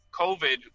COVID